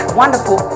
wonderful